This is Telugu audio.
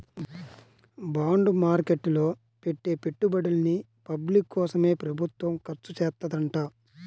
బాండ్ మార్కెట్ లో పెట్టే పెట్టుబడుల్ని పబ్లిక్ కోసమే ప్రభుత్వం ఖర్చుచేత్తదంట